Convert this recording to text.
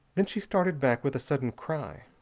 then she started back with a sudden cry.